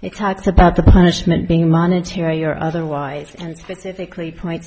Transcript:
it talks about the punishment being monetary or otherwise and specifically points